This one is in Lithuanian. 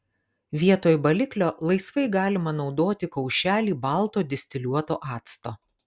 vietoj baliklio laisvai galima naudoti kaušelį balto distiliuoto acto